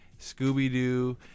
Scooby-Doo